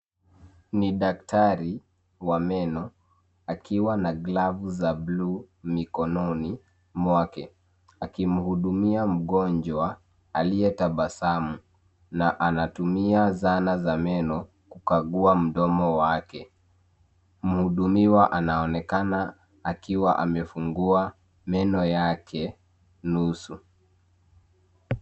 Ni daktari wa meno akiwa na glavu za bluu mikononi mwake akimhudumia mgonjwa aliye tabasamu na anatumia zana za meno kukagua mdomo wake. Mhudumiwa anaonekana akiwa amefungua meno yake nusu.